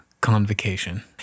convocation